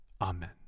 Amen